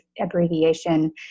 abbreviation